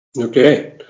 Okay